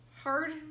hard